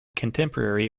contemporary